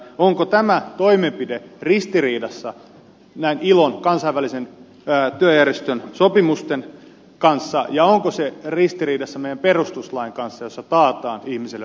onko tämä toimenpide ristiriidassa ilon kansainvälisen työjärjestön sopimusten kanssa ja onko se ristiriidassa meidän perustuslain kanssa jossa taataan ihmisille vapaa järjestäytymisoikeus